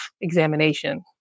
examination